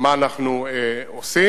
מה אנחנו עושים,